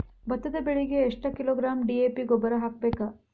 ಭತ್ತದ ಬೆಳಿಗೆ ಎಷ್ಟ ಕಿಲೋಗ್ರಾಂ ಡಿ.ಎ.ಪಿ ಗೊಬ್ಬರ ಹಾಕ್ಬೇಕ?